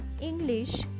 English